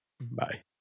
Bye